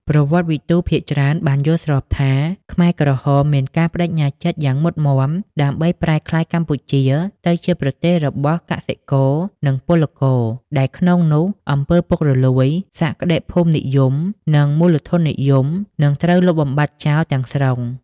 ប្រវត្តិវិទូភាគច្រើនបានយល់ស្របថា ខ្មែរក្រហមមានការប្តេជ្ញាចិត្តយ៉ាងមុតមាំដើម្បីប្រែក្លាយកម្ពុជាទៅជាប្រទេសរបស់កសិករ និងពលករ ដែលក្នុងនោះអំពើពុករលួយ សក្តិភូមិនិយម និងមូលធននិយម នឹងត្រូវលុបបំបាត់ចោលទាំងស្រុង។